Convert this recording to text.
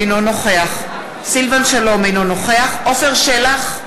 אינו נוכח סילבן שלום, אינו נוכח עפר שלח,